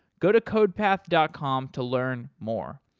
go to codepath dot com to learn more.